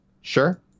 Sure